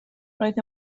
roedd